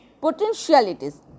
potentialities